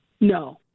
No